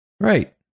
Right